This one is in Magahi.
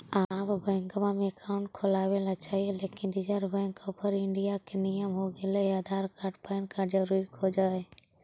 आब बैंकवा मे अकाउंट खोलावे ल चाहिए लेकिन रिजर्व बैंक ऑफ़र इंडिया के नियम हो गेले हे आधार कार्ड पैन कार्ड जरूरी खोज है?